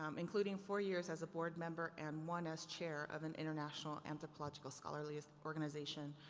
um including four years as a board member and one as chair of an international anthropological scholarliest organization.